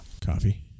Coffee